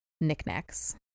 knickknacks